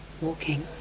walking